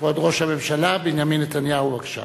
כבוד ראש הממשלה בנימין נתניהו, בבקשה.